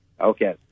Okay